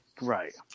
Right